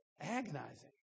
agonizing